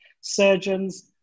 surgeons